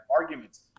arguments